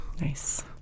nice